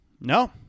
no